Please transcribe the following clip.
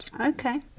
Okay